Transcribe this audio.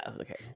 okay